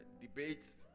debates